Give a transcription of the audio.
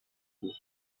بود